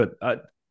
but-